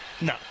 No